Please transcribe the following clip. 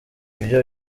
ibyo